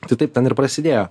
tai taip ten ir prasidėjo